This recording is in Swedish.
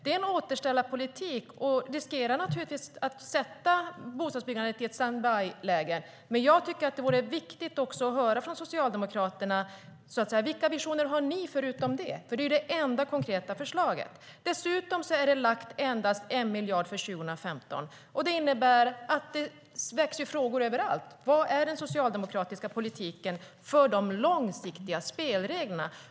Det är en återställarpolitik som naturligtvis riskerar att sätta bostadsbyggandet i ett stand by-läge. Det vore viktigt att få höra från Socialdemokraterna vilka visioner ni har förutom detta, för det är ju det enda konkreta förslaget. Dessutom är endast 1 miljard lagd för 2015. Det innebär att frågan väcks överallt: Vilken är den socialdemokratiska politiken för de långsiktiga spelreglerna?